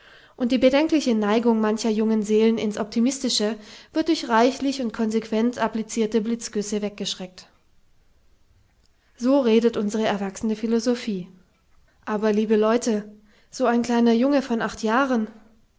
und die bedenkliche neigung mancher jungen seelen ins optimistische wird durch reichlich und konsequent applizierte blitzgüsse weggeschreckt so redet unsere erwachsene philosophie aber liebe leute so ein kleiner junge von acht jahren